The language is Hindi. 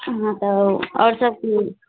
हाँ तो और सब